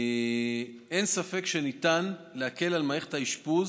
אין ספק שניתן להקל על מערכת האשפוז